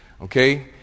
okay